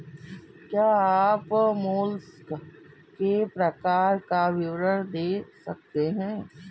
क्या आप मोलस्क के प्रकार का विवरण दे सकते हैं?